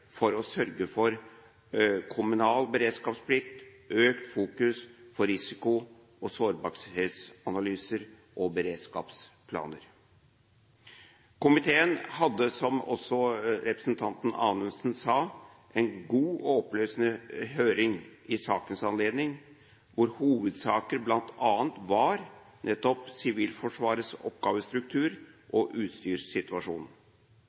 ved å sørge for kommunal beredskapsplikt, økt fokus på risiko- og sårbarhetsanalyser og beredskapsplaner. Komiteen hadde, som også representanten Anundsen sa, en god og opplysende høring i sakens anledning, hvor hovedsaker bl.a. var nettopp Sivilforsvarets oppgavestruktur